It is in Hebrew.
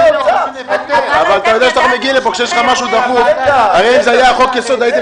אם זה היה חוק יסוד,